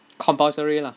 compulsory lah